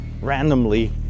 randomly